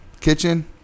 Kitchen